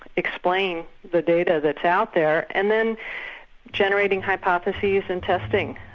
explain the data that's out there and then generating hypothesese and testing,